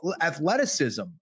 athleticism